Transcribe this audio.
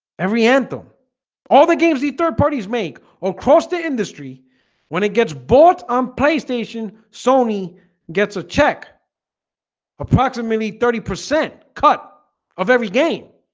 every anthem all the games the third parties make across the industry when it gets bought on playstation sony gets a check approximately thirty percent cut of every game